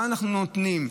מה אנחנו נותנים?